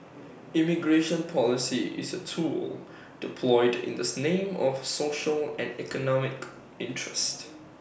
immigration policy is A tool deployed in the name of social and economic interest